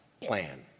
plan